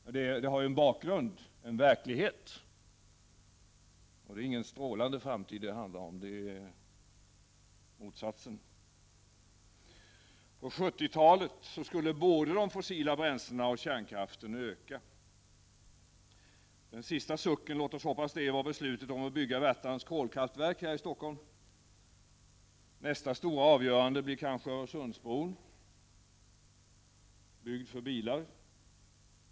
Det finns en verklighet bakom, och det är ingen strålande framtid det handlar om utan motsatsen. På 70-talet skulle både de fossila bränslena och kärnkraften öka. Den sista sucken — låt oss hoppas det — var beslutet om att bygga Värtans kolkraftverk här i Stockholm. Nästa stora avgörande blir kanske Öresundsbron, byggd för bilar.